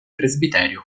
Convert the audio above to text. presbiterio